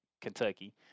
Kentucky